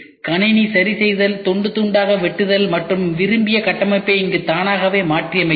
கண்ணி சரிசெய்தல் துண்டு துண்டாக வெட்டுதல் மற்றும் விரும்பிய கட்டமைப்பை இங்கு தானாகவே மாற்றியமைத்தல்